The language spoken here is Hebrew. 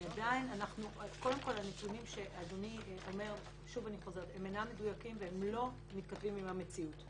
אבל הנתונים שאדוני אומר אינם מדויקים ולא מתכתבים עם המציאות.